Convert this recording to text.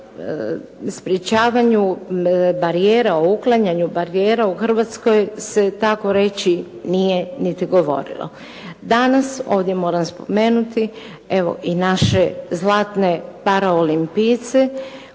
o sprječavanju barijera, o uklanjanju barijera u Hrvatskoj se tako reći nije niti govorilo. Danas ovdje moram spomenuti, evo i naše zlatne paraolimpijce